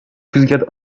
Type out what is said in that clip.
fusillade